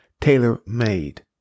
tailor-made